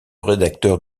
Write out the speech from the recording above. rédacteur